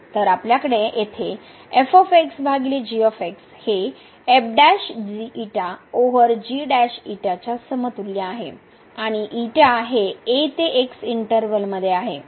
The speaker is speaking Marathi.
तर आपल्याकडे येथे हे ओव्हर च्या समतुल्य आहे आणि हे ते x इंटर्वल मध्ये आहे